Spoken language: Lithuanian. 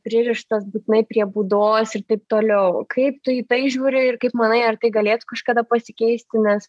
pririštas būtinai prie būdos ir taip toliau kaip tu į tai žiūri ir kaip manai ar tai galėtų kažkada pasikeisti nes